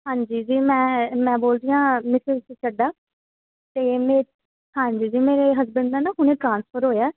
ਹਾਂਜੀ ਜੀ ਮੈਂ ਮੈਂ ਬੋਲਦੀ ਹਾਂ ਮਿਸਜ ਚੱਡਾ ਅਤੇ ਮੇ ਹਾਂਜੀ ਜੀ ਮੇਰੇ ਹਸਬੈਂਡ ਦਾ ਨਾ ਹੁਣੇ ਟਰਾਂਸਫਰ ਹੋਇਆ